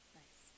nice